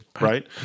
right